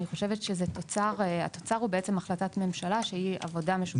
אני חושבת שבעצם התוצר זו החלטת ממשלה שהיא עבודה משותפת.